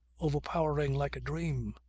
overpowering like a dream,